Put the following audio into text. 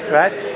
right